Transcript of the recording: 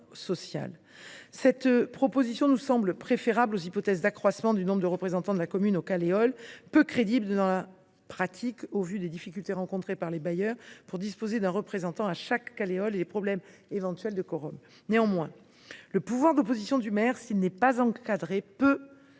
Cette proposition nous semble préférable aux hypothèses d’accroissement du nombre de représentants de la commune au sein des Caleol, peu crédibles dans la pratique au vu des difficultés rencontrées par les bailleurs pour disposer d’un représentant dans chacune de ces commissions et des problèmes éventuels de quorum. Néanmoins, le pouvoir d’opposition du maire, s’il n’est pas encadré, peut